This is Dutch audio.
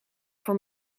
voor